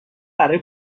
برای